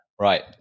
right